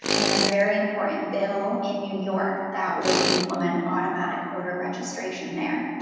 and there's a very important bill in new york that would implement automatic voter registration there.